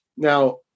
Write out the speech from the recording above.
Now